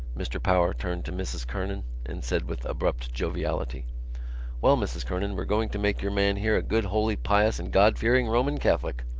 mr. power turned to mrs. kernan and said with abrupt joviality well, mrs. kernan, we're going to make your man here a good holy pious and god-fearing roman catholic.